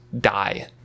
die